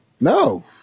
No